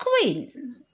queen